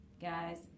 guys